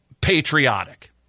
patriotic